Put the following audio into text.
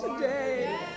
today